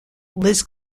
liz